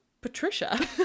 Patricia